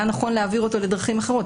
היה נכון להעביר אותו לדרכים אחרות.